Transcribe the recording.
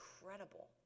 incredible